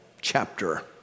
chapter